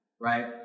Right